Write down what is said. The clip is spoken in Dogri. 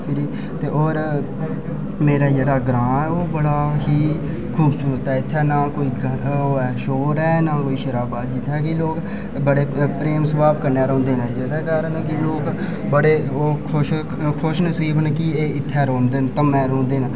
ते फिरी होर मेरा जेह्ड़ा ग्रांऽ ऐ ओह् बड़ा ही खूबसूरत ऐ इत्थें ना कोई ओह् ऐ शोर ऐ ना कोई शराब्बा छड़ा प्रेम भाव कन्नै रौंह्दे न ते जेह्दे कारण लोक ओह् खुशनसीब न कि एह् इत्थें रौंह्दे न धम्में रौंह्दे न